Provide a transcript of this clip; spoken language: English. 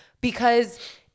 because-